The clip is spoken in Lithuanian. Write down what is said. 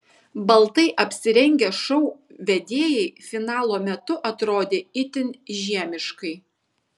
baltai apsirengę šou vedėjai finalo metu atrodė itin žiemiškai